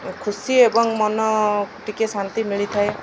ଖୁସି ଏବଂ ମନ ଟିକେ ଶାନ୍ତି ମିଳିଥାଏ